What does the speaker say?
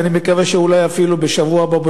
ואני מקווה שאולי אפילו בשבוע הבא,